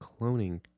cloning